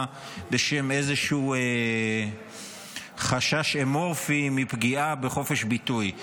בשם איזשהו חשש אמורפי מפגיעה בחופש ביטוי.